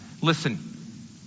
Listen